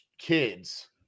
kids